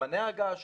זמני ההגעה שלו,